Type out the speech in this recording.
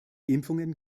impfungen